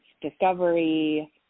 discovery